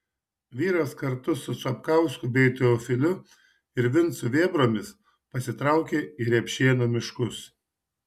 vyras kartu su sapkausku bei teofiliu ir vincu vėbromis pasitraukė į repšėnų miškus